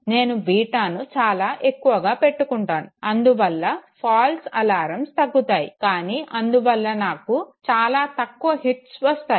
నేను బీటాను చాలా ఎక్కువగా పెట్టుకుంటాను అందువల్ల ఫాల్స్ అలర్మ్స్ తగ్గుతాయి కానీ అందువల్ల నాకు చాలా తక్కువ హిట్స్ వస్తాయి